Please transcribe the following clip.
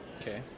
Okay